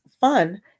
fun